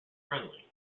friendly